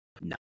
No